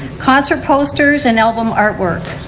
concert posters an album artwork.